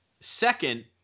second